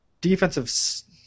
defensive